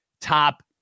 top